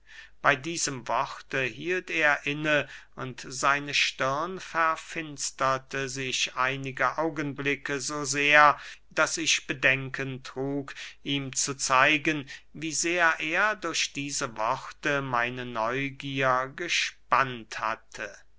bey diesen worten hielt er inne und seine stirn verfinsterte sich einige augenblicke so sehr daß ich bedenken trug ihm zu zeigen wie sehr er durch diese worte meine neugier gespannt hatte